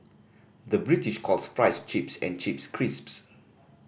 the British calls fries chips and chips crisps